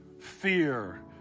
fear